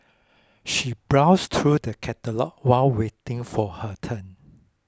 she browsed through the catalogue while waiting for her turn